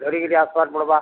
ଧରି କିରି ଆସବାର୍ କେ ପଡ଼ବା